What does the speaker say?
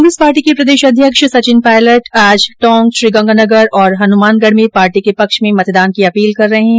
Congress party के प्रदेशाध्यक्ष सचिन पायलट आज टोंक श्रीगंगानगर और हनुमानगढ में पार्टी के पक्ष में मतदान की अपील कर रहे है